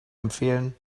empfehlen